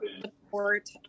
support